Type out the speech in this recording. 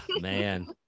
man